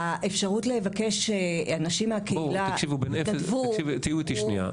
האפשרות לבקש אנשים מהקהילה שיתנדבו --- תהיו איתי שנייה.